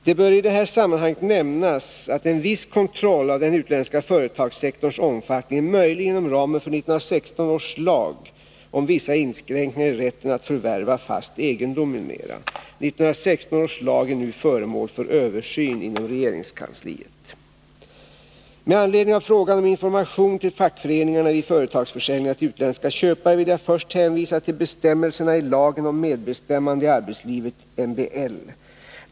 Det bör i det här sammanhanget nämnas att en viss kontroll av den utländska företagssektorns omfattning är möjlig inom ramen för 1916 års lag om vissa inskränkningar i rätten att förvärva fast egendom m.m. . 1916 års lag är nu föremål för översyn inom regeringskansliet. Med anledning av frågan om information till fackföreningarna vid företagsförsäljningar till utländska köpare vill jag först hänvisa till bestämmelserna i lagen om medbestämmande i arbetslivet, MBL.